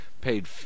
paid